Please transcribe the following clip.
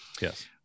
Yes